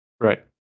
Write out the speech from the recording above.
Right